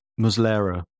Muslera